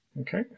Okay